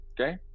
okay